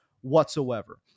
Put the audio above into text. whatsoever